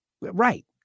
Right